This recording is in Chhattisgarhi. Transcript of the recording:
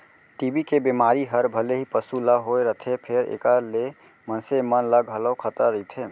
टी.बी के बेमारी हर भले ही पसु ल होए रथे फेर एकर ले मनसे मन ल घलौ खतरा रइथे